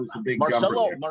Marcelo